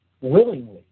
willingly